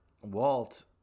Walt